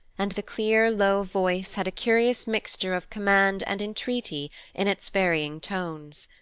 and the clear, low voice had a curious mixture of command and entreaty in its varying tones.